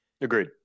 Agreed